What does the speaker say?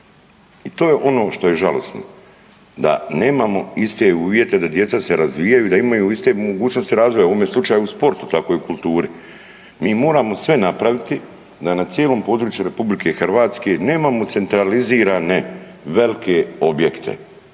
I to je ono što je žalosno da nemamo iste uvjete da djeca se razvijaju i da imaju iste mogućnosti razvoja u ovom slučaju u sportu, tako i u kulturi. Mi moramo sve napraviti da na cijelom području Republike Hrvatske nemamo centralizirane velike objekte.